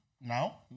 now